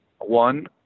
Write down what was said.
one